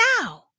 now